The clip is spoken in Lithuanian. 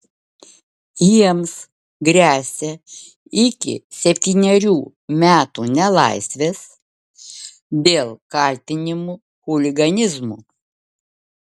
jiems gresia iki septynerių metų nelaisvės dėl kaltinimų chuliganizmu